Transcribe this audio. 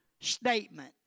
statement